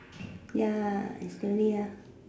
ya is really ah